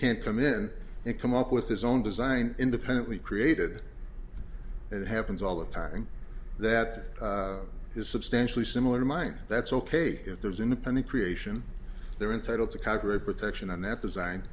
can't come in and come up with his own design independently created it happens all the time and that is substantially similar to mine that's ok if there's independent creation they're entitled to copyright protection on that design